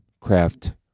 craft